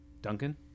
Duncan